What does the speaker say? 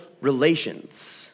relations